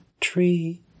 tree